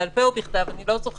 בעל פה או בכתב" אני לא זוכרת,